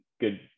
good